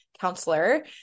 counselor